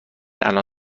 الان